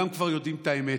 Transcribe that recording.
כולם כבר יודעים את האמת,